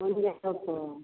कौन पा